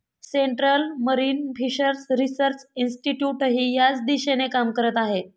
central marine fishers research इन्स्टिट्यूटही याच दिशेने काम करत आहे